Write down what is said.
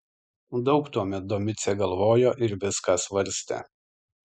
daug tuomet domicė galvojo ir viską svarstė